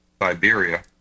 Siberia